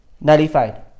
nullified